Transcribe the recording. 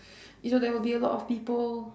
it will there will be a lot of people